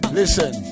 listen